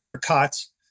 cots